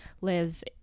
lives